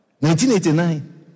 1989